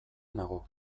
nago